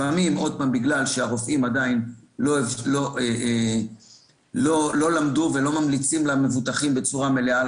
לפעמים בגלל שהרופאים עדיין לא למדו ולא ממליצים למבוטחים בצורה מלאה על